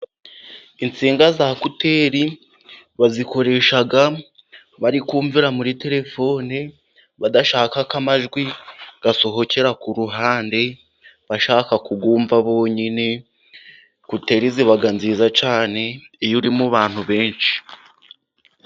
Insinga za kuteri, bazikoresha bari kumvira muri telefone. Badashaka ko amajwi asohokera ku ruhande, bashaka kuyumva bonyine. Kuteri ziba nziza cyane iyo uri mu bantu benshi.